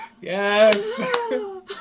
yes